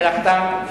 מלאכתם.